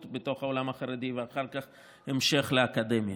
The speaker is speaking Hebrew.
בתוך העולם החרדי ואחר כך המשך לאקדמיה.